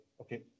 okay